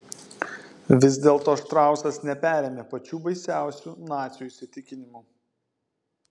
vis dėlto štrausas neperėmė pačių baisiausių nacių įsitikinimų